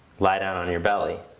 lie down on your belly.